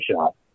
shot